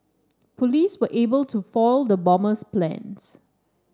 police were able to foil the bomber's plans